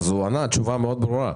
הוא נתן תשובה מאוד ברורה.